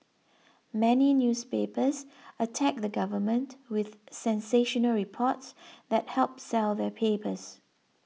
many newspapers attack the government with sensational reports that help sell their papers